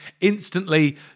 instantly